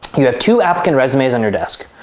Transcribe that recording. you have two applicant resumes on your desk.